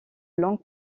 longue